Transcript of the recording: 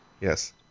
Yes